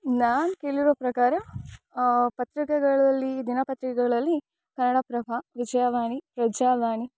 ನಾನು ಕೇಳಿರೋ ಪ್ರಕಾರ ಪ್ರತ್ರಿಕೆಗಳಲ್ಲಿ ದಿನ ಪತ್ರಿಕೆಗಳಲ್ಲಿ ಕನ್ನಡ ಪ್ರಭ ವಿಜಯವಾಣಿ ಪ್ರಜಾವಾಣಿ